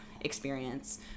experience